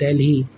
دلی